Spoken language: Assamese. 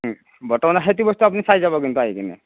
বর্তমান সেইটো বস্তু আপুনি চাই যাব কিন্তু আহি কিনে